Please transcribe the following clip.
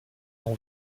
nom